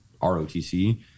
ROTC